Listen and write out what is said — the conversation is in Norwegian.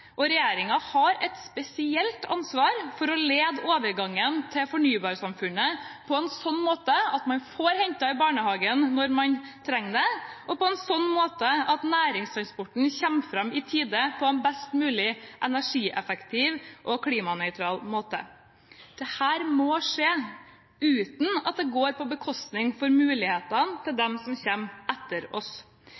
og regjeringen har et spesielt ansvar for å lede overgangen til fornybarsamfunnet på en sånn måte at man får hentet i barnehagen når man trenger det, og på en sånn måte at næringstransporten kommer fram i tide på en best mulig energieffektiv og klimanøytral måte. Dette må skje uten at det går på bekostning av mulighetene til dem som kommer etter oss.